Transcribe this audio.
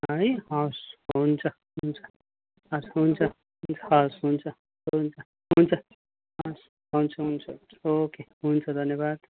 है हवस् हुन्छ हुन्छ हजुर हुन्छ हुन्छ हवस् हुन्छ हुन्छ हुन्छ हुन्छ हुन्छ हुन्छ ओके हुन्छ धन्यवाद